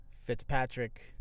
Fitzpatrick